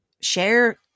share